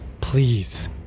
Please